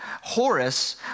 Horace